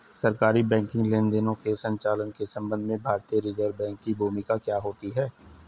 सरकारी बैंकिंग लेनदेनों के संचालन के संबंध में भारतीय रिज़र्व बैंक की भूमिका क्या होती है?